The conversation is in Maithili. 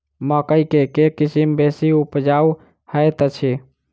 मकई केँ के किसिम बेसी उपजाउ हएत अछि?